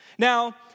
Now